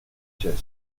chess